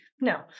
No